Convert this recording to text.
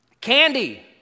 Candy